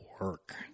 work